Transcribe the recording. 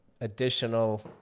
additional